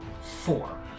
four